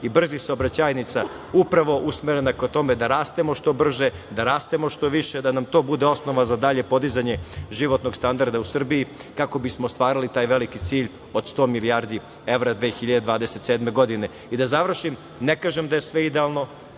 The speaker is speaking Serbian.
i brzih saobraćajnica upravo usmerena ka tome da rastemo što brže, da rastemo što više, da nam to bude osnova za dalje podizanje životnog standarda u Srbiji, kako bismo ostvarili taj veliki cilj od 100 milijardi evra 2027. godine. Da završim. Ne kažem da je sve idealno.